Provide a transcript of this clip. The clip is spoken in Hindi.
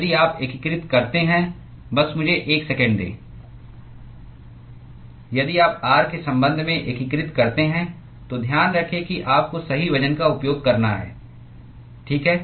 यदि आप एकीकृत करते हैं बस मुझे एक सेकंड दें यदि आप r के संबंध में एकीकृत करते हैं तो ध्यान रखें कि आपको सही वजन का उपयोग करना है ठीक है